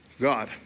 God